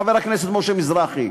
חבר הכנסת משה מזרחי.